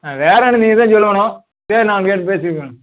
ஆ வேறு என்ன நீங்கள்தான் சொல்லணும் சரி நான் கேட்டு பேசிக்கிறேன்